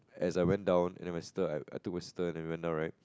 as I went down and my sister I I thought my sister went down right